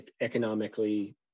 economically